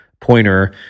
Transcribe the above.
Pointer